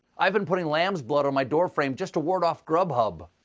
i've been putting lamb's blood on my door frame just to ward off grub hub.